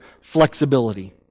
flexibility